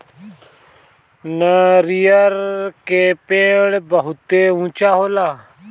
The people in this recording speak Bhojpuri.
नरियर के पेड़ बहुते ऊँचा होला